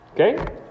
Okay